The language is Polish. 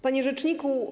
Panie Rzeczniku!